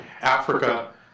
Africa